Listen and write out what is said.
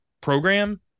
program